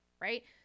right